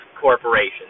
corporations